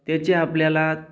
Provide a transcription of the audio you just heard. त्याचे आपल्याला